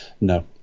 No